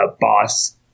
boss